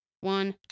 one